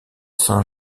saint